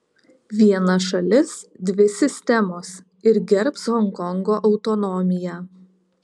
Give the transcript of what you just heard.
viena šalis dvi sistemos ir gerbs honkongo autonomiją